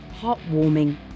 heartwarming